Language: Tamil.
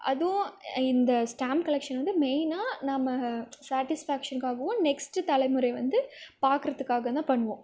அதுவும் இந்த ஸ்டாம்ப் கலெக்ஷன் வந்து மெய்னாக நம்ம சேட்டிஸ்ஃபேக்ஷன்காகவும் நெக்ஸ்ட்டு தலைமுறை வந்து பார்க்கறத்துக்காகவும் தான் பண்ணுவோம்